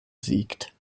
siegt